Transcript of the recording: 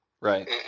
Right